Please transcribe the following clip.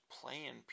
playing